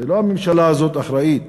לא הממשלה הזאת אחראית